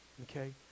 okay